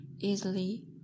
easily